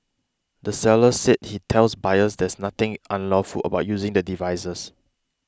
the seller said he tells buyers there's nothing unlawful about using the devices